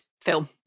film